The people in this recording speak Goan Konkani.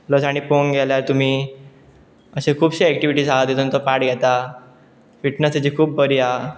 प्लस आनी पळोवंक गेल्यार तुमी अशे खुबशे एक्टिविटीज आसा तितून तो पार्ट घेता फिटनस तेची खूब बरी आहा